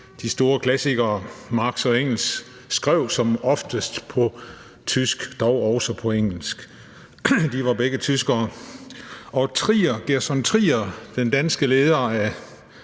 de store klassikere Marx og Engels som oftest skrev på tysk, dog også på engelsk. De var begge tyskere. Og Gerson Trier, den danske leder af